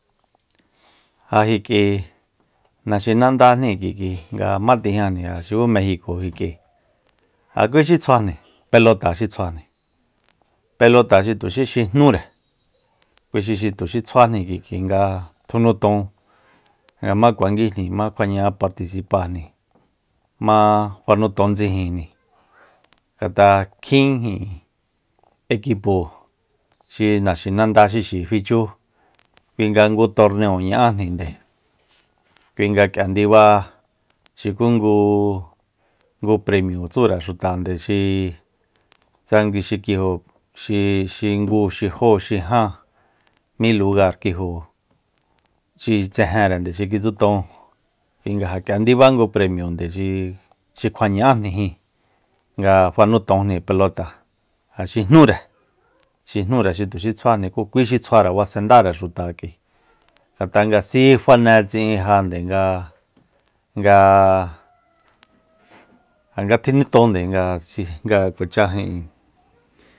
Ja ki k'i naxinandajni ki k'i nga jma tijñajni ja xuku mexico ki k'i ja kui xi tsjuajni pelota xi tsjuajni pelota xi tuxí xi jnúre kui xi- xi tuxi tsjuajni k'i k'i nga nuton jma kuanguijni jma kjua ña'a participáajni jma fa nuton ndsijinjni ngat'a kjin ijin ekipo xi naxinanda xi fichu kui nga ngu torneo ña'ájni kui nga k'ia ndiba xuku ngu- ngu premio tsúre xuta nde xi tsa ngu xi kijo xi- xi ngu xi jó xi jan mí lugar kijo xi tsejenre xi kitsuton kui nga ja k'ia ndiba ngu premio nde xi kjua ña'ájni jíin nga fanutojni pelota ja xi jnúre xi jnúre xi tuxi tsjuajni ku kui xi tsjuare basendáre xuta k'i ngat'a nga siifane tsi'in ja nde nga- nga ja nga tjinitonde nga- nga kuachá ijin